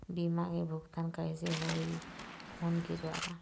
बीमा के भुगतान कइसे होही फ़ोन के द्वारा?